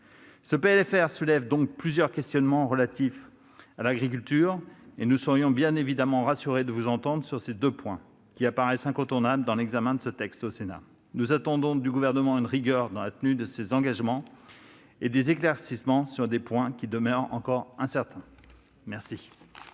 soulève donc plusieurs questionnements relatifs à l'agriculture, et nous serions bien évidemment rassurés de vous entendre sur ces deux points, qui apparaissent incontournables dans l'examen de ce texte au Sénat. Nous attendons du Gouvernement une rigueur dans la tenue de ses engagements, et des éclaircissements sur des points qui demeurent incertains. La